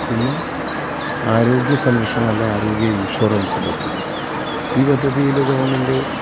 പിന്നെ ആരോഗ്യസംരക്ഷണം അല്ലേ ആരോഗ്യ ഇന്ഷൊറന്സ് പദ്ധതി ഈ പദ്ധതിയിൽ ഗവണ്മെന്റ്